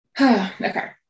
Okay